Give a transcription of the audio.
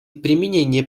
применение